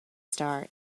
star